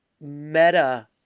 meta